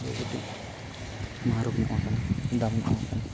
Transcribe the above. ᱫᱚ ᱠᱟᱹᱴᱤᱡ ᱢᱟᱦᱨᱚᱠ ᱧᱚᱜ ᱟᱠᱟᱱᱟ ᱫᱟᱢ ᱧᱚᱜ ᱟᱠᱟᱱᱟ